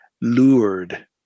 lured